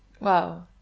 Wow